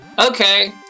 Okay